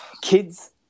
kids